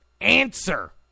answer